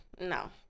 No